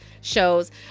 shows